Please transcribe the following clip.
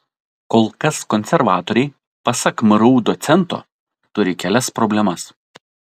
kol kas konservatoriai pasak mru docento turi kelias problemas